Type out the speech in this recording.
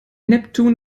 neptun